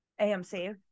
AMC